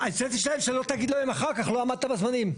התמריץ שלהם הוא שלא תגיד להם אחר שלא עמדו בזמנים.